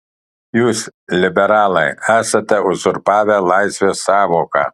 jūs liberalai esate uzurpavę laisvės sąvoką